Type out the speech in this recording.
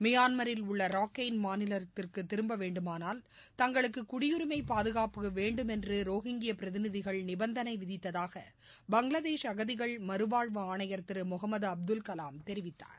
மியான்மரில் உள்ளராக்கெயின் மாநிலத்திற்குதிரும்பவேண்டுமானால் தங்களுக்குகுடியுரிமையும் பாதுகாப்பும் வேண்டுமென்றுரொஹிங்கியபிரதிநிதிகள் நிபந்தனைவிதித்ததாக பங்களாதேஷ் அகதிகள் மறுவாழ்வு ஆணையர் திருமொகமதுஅப்துல் கலாம் தெரிவித்தார்